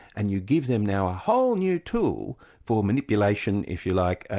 and you give them now a whole new tool for manipulation, if you like, ah